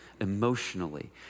emotionally